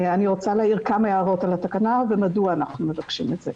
אני רוצה להעיר כמה הערות על התקנה ומדוע אנחנו מבקשים את זה.